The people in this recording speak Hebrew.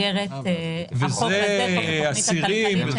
במסגרת חוק התוכנית הכלכלית,